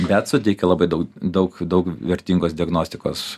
bet suteikia labai daug daug daug vertingos diagnostikos